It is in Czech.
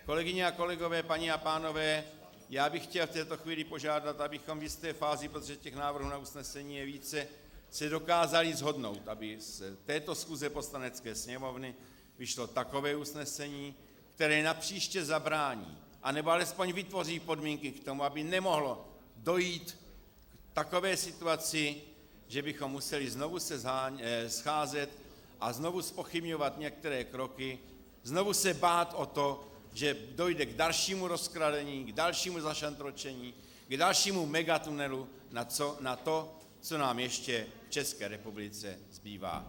Kolegyně a kolegové, paní a pánové, já bych chtěl v této chvíli požádat, abychom v jisté fázi, protože těch návrhů na usnesení je více, se dokázali shodnout, aby z této schůze Poslanecké sněmovny vyšlo takové usnesení, které napříště zabrání, nebo alespoň vytvoří podmínky k tomu, aby nemohlo dojít k takové situaci, že bychom se museli znovu scházet a znovu zpochybňovat některé kroky, znovu se bát o to, že dojde k dalšímu rozkradení, k dalšímu zašantročení, k dalšímu megatunelu na to, co nám ještě v České republice zbývá.